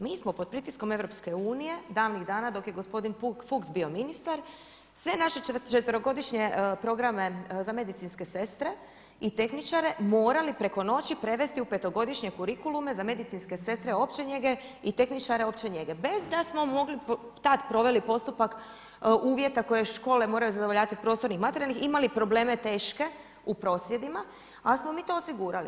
Mi smo pod pritiskom EU davnih dana dok je gospodin Fuchs bio ministar, sve naše četverogodišnje programe za medicinske sestre i tehničare morali preko noći prevesti u petogodišnje kurikulume za medicinske sestre opće njege i tehničare opće njege bez da smo mogli, tad proveli postupak uvjeta koje škole moraju zadovoljavati prostornih, materijalnih, imali probleme teške u prosvjedima, ali smo mi to osigurali.